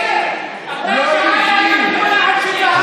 אתכם ב-2,200 שקל,